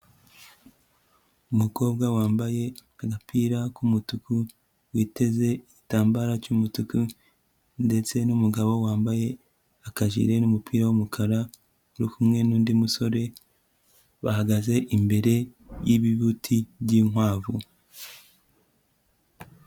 Umukobwa wambaye agapira k'umutuku, witeze igitambara cy'umutuku ndetse n'umugabo wambaye akajire n'umupira w'umukara uri kumwe n'undi musore, bahagaze imbere y'ibibuti by'inkwavu.